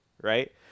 right